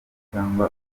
cyangwa